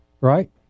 right